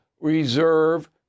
reserve